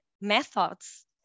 methods